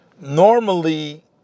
Normally